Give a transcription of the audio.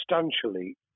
substantially